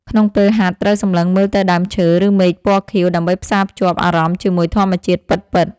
ក្នុងពេលហាត់ ត្រូវសម្លឹងមើលទៅដើមឈើ ឬមេឃពណ៌ខៀវ ដើម្បីផ្សារភ្ជាប់អារម្មណ៍ជាមួយធម្មជាតិពិតៗ។